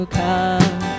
come